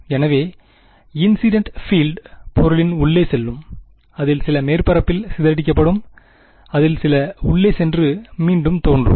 எனவே incident field பொருளின் உள்ளே செல்லும் அதில் சில மேற்பரப்பில் சிதறடிக்கப்படும் அதில் சில உள்ளே சென்று மீண்டும் தோன்றும்